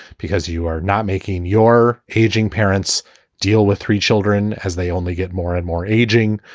because you are not making your aging parents deal with three children as they only get more and more aging.